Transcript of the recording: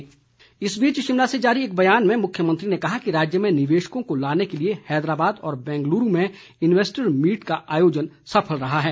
मुख्यमंत्री इस बीच शिमला से जारी एक बयान में मुख्यमंत्री ने कहा कि राज्य में निवेशकों को लाने के लिए हैदराबाद और बैंगलुरू में इन्वैस्टर मीट का आयोजन सफल रहा है